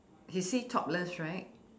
is he topless right